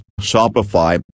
Shopify